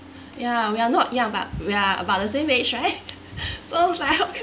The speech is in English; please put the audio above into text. ya we are not young but we are about the same age right so I hope